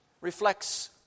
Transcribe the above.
reflects